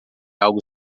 algo